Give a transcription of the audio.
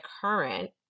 current